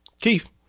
Keith